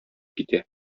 китә